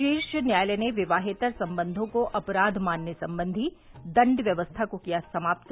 शीर्ष न्यायालय ने विवाहेतर संबंघों को अपराध मानने संबंधी दंडव्यवस्था को किया समाप्त